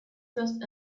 trust